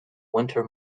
winter